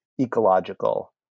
ecological